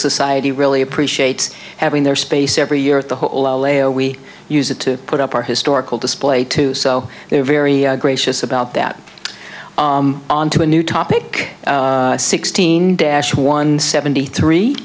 society really appreciates having their space every year at the whole alayo we use it to put up our historical display too so they're very gracious about that onto a new topic sixteen dash one seventy three